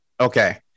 Okay